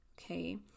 Okay